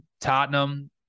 Tottenham